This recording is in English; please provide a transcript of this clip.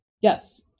yes